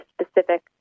specific